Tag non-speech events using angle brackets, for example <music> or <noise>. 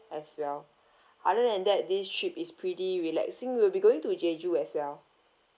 as well <breath> other than that this trip is pretty relaxing we will be going to jeju as well